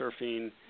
surfing